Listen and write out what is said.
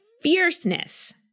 fierceness